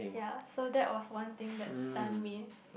ya so that was one thing that stunned me